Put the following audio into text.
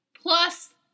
plus